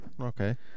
Okay